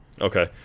Okay